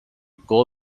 goal